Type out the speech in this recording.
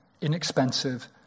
inexpensive